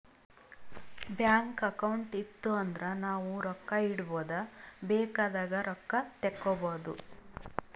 bank account ಇತ್ತು ಅಂದುರ್ ನಾವು ರೊಕ್ಕಾ ಇಡ್ಬೋದ್ ಬೇಕ್ ಆದಾಗ್ ರೊಕ್ಕಾ ತೇಕ್ಕೋಬೋದು